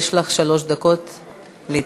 יש לך שלוש דקות להתנגד.